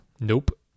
Nope